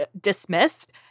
dismissed